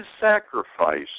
sacrifice